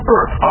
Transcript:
Earth